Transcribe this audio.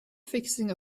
fixing